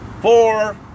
four